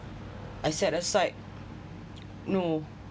I set aside no